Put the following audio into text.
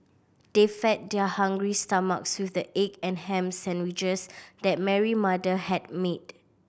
they fed their hungry stomachs with the egg and ham sandwiches that Mary mother had made